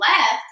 left